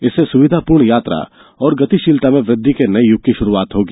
इससे सुविधापूर्ण यात्रा और गतिशीलता में वृद्धि के नए युग की शुरुआत होगी